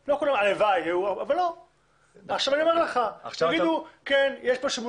אני אומר לך שבחוות הדעת יגידו שיש שימוש